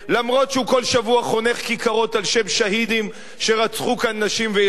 אפילו שהוא כל שבוע חונך כיכרות על שם שהידים שרצחו כאן נשים וילדים,